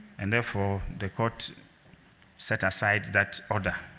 and therefore, the court set aside that order.